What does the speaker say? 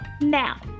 Now